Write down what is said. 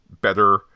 better